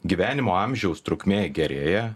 gyvenimo amžiaus trukmė gerėja